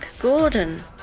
Gordon